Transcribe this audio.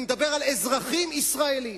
אני מדבר על אזרחים ישראלים.